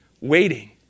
waiting